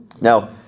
Now